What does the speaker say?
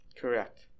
Correct